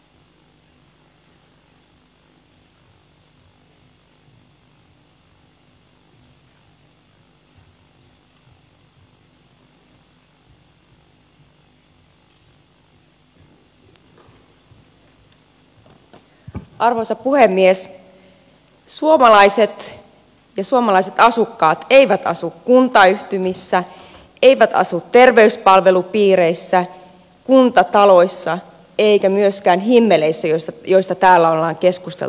suomalaiset ja suomalaiset asukkaat eivät asu kuntayhtymissä eivät asu terveyspalvelupiireissä kuntataloissa eivätkä myöskään himmeleissä joista täällä on keskusteltu tänään